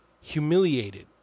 humiliated